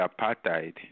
apartheid